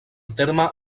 terme